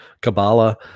Kabbalah